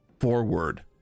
forward